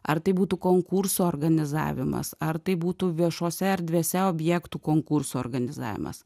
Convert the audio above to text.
ar tai būtų konkurso organizavimas ar tai būtų viešose erdvėse objektų konkurso organizavimas